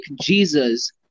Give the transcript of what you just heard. Jesus